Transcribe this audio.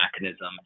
mechanism